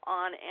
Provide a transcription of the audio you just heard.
on